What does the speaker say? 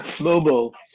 mobile